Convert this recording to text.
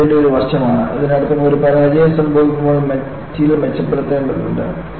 ഇത് അതിന്റെ ഒരു വശമാണ് അതിനർത്ഥം ഒരു പരാജയം സംഭവിക്കുമ്പോൾ മെറ്റീരിയൽ മെച്ചപ്പെടുത്തേണ്ടതുണ്ട്